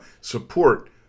Support